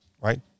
right